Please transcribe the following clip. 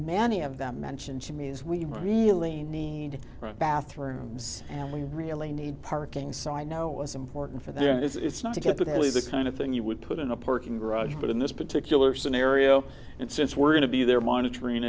many of them mentioned to me is we really need bathrooms and we really need parking so i know it was important for them it's not a capital is the kind of thing you would put in a parking garage but in this particular scenario and since we're going to be there monitoring